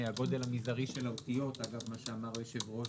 הגודל המזערי של האותיות אגב מה שאמר היושב-ראש